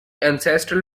ancestral